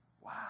Wow